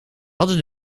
hadden